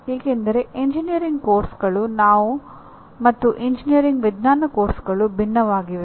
ಏಕೆಂದರೆ ಎಂಜಿನಿಯರಿಂಗ್ ಪಠ್ಯಕ್ರಮಗಳು ಮತ್ತು ಎಂಜಿನಿಯರಿಂಗ್ ವಿಜ್ಞಾನ ಪಠ್ಯಕ್ರಮಗಳು ಭಿನ್ನವಾಗಿವೆ